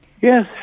yes